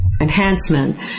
enhancement